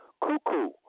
cuckoo